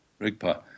Rigpa